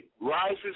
rises